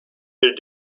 their